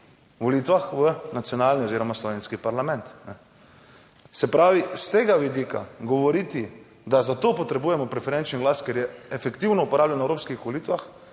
volitvah v nacionalni oziroma slovenski parlament. Se pravi, iz tega vidika govoriti, da za to potrebujemo preferenčni glas, ker je efektivno uporabljen na evropskih volitvah,